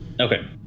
Okay